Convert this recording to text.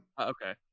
okay